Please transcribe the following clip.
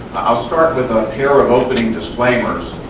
i'll start with a pair of opening disclaimers.